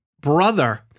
brother